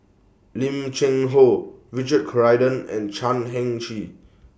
Lim Cheng Hoe Richard Corridon and Chan Heng Chee